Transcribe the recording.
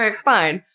ah fine.